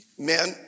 Men